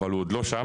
אבל הוא עוד לא שם.